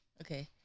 Okay